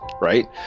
right